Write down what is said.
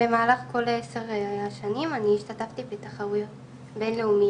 במהלך כל 10 השנים אני השתתפתי בתחרויות בינלאומיות,